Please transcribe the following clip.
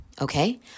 Okay